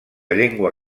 llengua